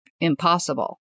impossible